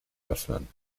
öffnen